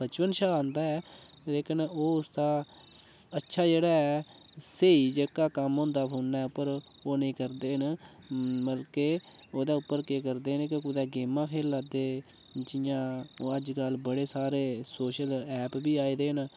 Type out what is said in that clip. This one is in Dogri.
बचपन शा आंदा ऐ लेकिन ओह् उसदा अच्छा जेह्ड़ा ऐ स्हेई जेह्का कम्म होंदा फोनै उप्पर ओह् नेईं करदे न मतलब के ओह्दे उप्पर केह् करदे न कुतै गेमां खेला 'रदे जियां ओह् अज्जकल बड़े सारे सोशल ऐप बी आए दे न